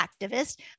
activist